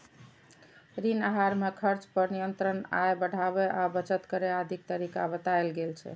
ऋण आहार मे खर्च पर नियंत्रण, आय बढ़ाबै आ बचत करै आदिक तरीका बतायल गेल छै